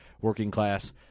working-class